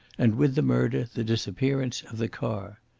and with the murder the disappearance of the car.